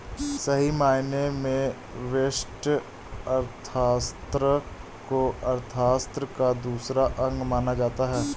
सही मायने में व्यष्टि अर्थशास्त्र को अर्थशास्त्र का दूसरा अंग माना जाता है